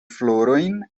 florojn